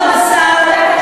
כבוד השר,